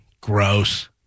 Gross